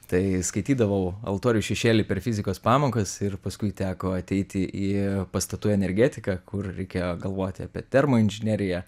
tai skaitydavau altorių šešėly per fizikos pamokas ir paskui teko ateiti į pastatų energetiką kur reikia galvoti apie termoinžineriją